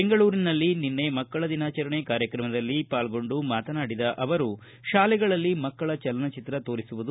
ಬೆಂಗಳೂರಿನಲ್ಲಿ ನಿನ್ನೆ ಮಕ್ಕಳ ದಿನಾಚರಣೆ ಕಾರ್ಯಕ್ರಮದಲ್ಲಿ ಪಾಲ್ಗೊಂಡು ಮಾತನಾಡಿದ ಅವರು ಶಾಲೆಗಳಲ್ಲಿ ಮಕ್ಕಳ ಚಲನಚಿತ್ರ ತೋರಿಸುವುದು